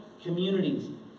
communities